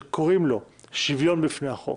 שקוראים לו שוויון בפני החוק,